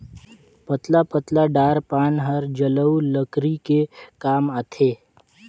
पतला पतला डार पान हर जलऊ लकरी के काम आथे